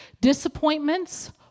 disappointments